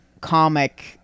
comic